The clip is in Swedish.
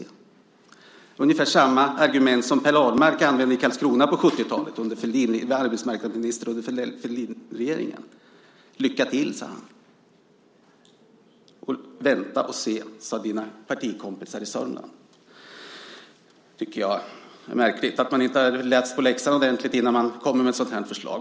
Det var ungefär samma argument som Per Ahlmark, arbetsmarknadsminister under Fälldinregeringen, använde i Karlskrona på 70-talet. Lycka till, sade han. Vänta och se, sade dina partikompisar i Sörmland. Jag tycker att det är märkligt att man inte har läst på läxan ordentligt innan man kommer med ett sådant här förslag.